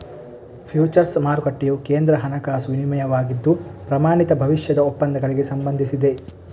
futures ಮಾರುಕಟ್ಟೆಯು ಕೇಂದ್ರ ಹಣಕಾಸು ವಿನಿಮಯವಾಗಿದ್ದು, ಪ್ರಮಾಣಿತ ಭವಿಷ್ಯದ ಒಪ್ಪಂದಗಳಿಗೆ ಸಂಬಂಧಿಸಿದೆ